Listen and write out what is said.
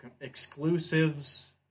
exclusives